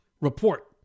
report